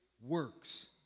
works